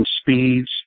speeds